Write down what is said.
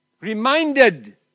Reminded